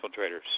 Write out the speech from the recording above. infiltrators